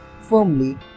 firmly